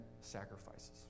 sacrifices